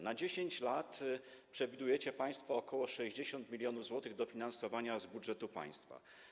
Na 10 lat przewidujecie państwo ok. 60 mln zł dofinansowania z budżetu państwa.